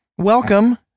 Welcome